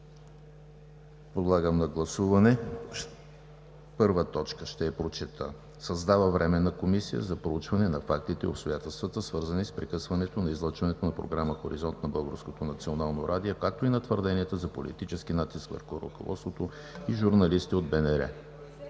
Подлагам на гласуване първа точка, ще я прочета: „Създава Временна комисия за проучване на фактите и обстоятелствата, свързани с прекъсване на излъчването на програма „Хоризонт“ на Българското национално радио, както и на твърденията за политически натиск върху ръководството и журналисти от